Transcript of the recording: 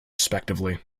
respectively